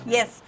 Yes